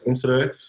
today